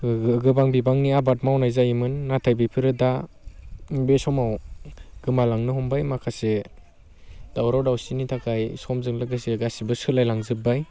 गोबां बिबांनि आबाद मावनाय जायोमोन नाथाय बेफोरो दा बे समाव गोमालांनो हमबाय माखासे दावराव दावसिनि थाखाय समजों लोगोसे गासैबो सोलायलांजोब्बाय